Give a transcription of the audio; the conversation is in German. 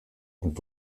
und